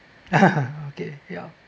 okay ya